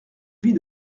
vie